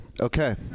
okay